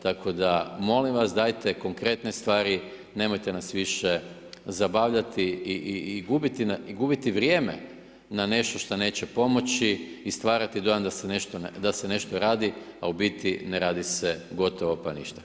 Tako da molim vas dajte konkretne stvari, nemojte nas više zabavljati i gubiti vrijeme na nešto što neće pomoći i stvarati dojam da se nešto radi a u biti ne radi se gotovo pa ništa.